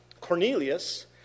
Cornelius